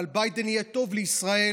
אבל ביידן יהיה טוב לישראל,